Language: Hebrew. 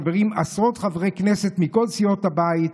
חברים עשרות חברי כנסת מכל סיעות הבית,